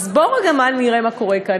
אז בואו רגע נראה מה קורה כאן.